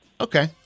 Okay